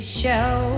show